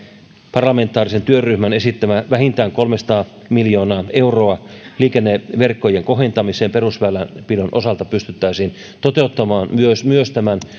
parlamentaarisen työryhmän esittämä vähintään kolmesataa miljoonaa euroa liikenneverkkojen kohentamiseen perusväylänpidon osalta pystyttäisiin toteuttamaan myös myös tämän